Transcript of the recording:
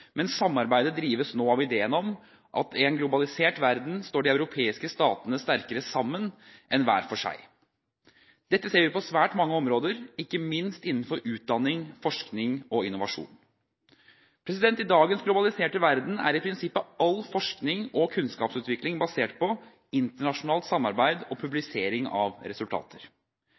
men samarbeidet drives nå av ideen om at i en globalisert verden står de europeiske statene sterkere sammen enn hver for seg. Dette ser vi på svært mange områder, ikke minst innenfor utdanning, forskning og innovasjon. I dagens globaliserte verden er i prinsippet all forskning og kunnskapsutvikling basert på internasjonalt samarbeid og publisering av resultater.